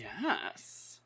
Yes